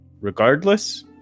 regardless